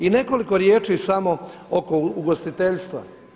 I nekoliko riječi samo oko ugostiteljstva.